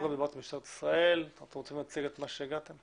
משטרת ישראל, אתם רוצים לומר למה הגעתם?